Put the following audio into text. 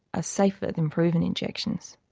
ah safer than proven injections.